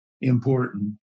important